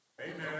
amen